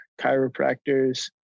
chiropractors